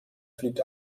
fliegt